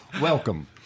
Welcome